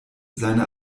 seine